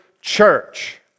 church